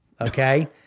Okay